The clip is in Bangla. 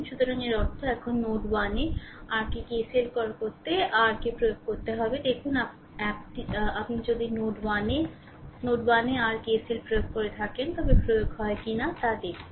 সুতরাং এর অর্থ এখন নোড 1 এ r কে KCL কল করতে r কে প্রয়োগ করতে হবে দেখুন অ্যাপটি যদি নোড 1 নোড 1 এ r KCL প্রয়োগ করে থাকে তবে প্রয়োগ হয় কিনা তা দেখুন